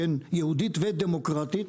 יהודית ודמוקרטית,